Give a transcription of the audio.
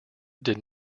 did